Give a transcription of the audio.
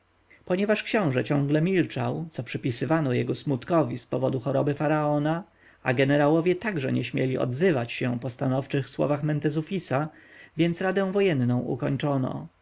ponieważ książę ciągle milczał co przypisywano jego smutkowi z powodu choroby faraona a jenerałowie także nie śmieli odzywać się po stanowczych słowach mentezufisa więc radę wojenną ukończono